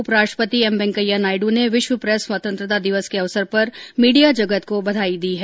उप राष्ट्रपति एम वेंकैया नायडु ने विश्व प्रेस स्वतंत्रता दिवस के अवसर पर मीडिया जगत को बधाई दी है